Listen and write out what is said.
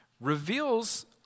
reveals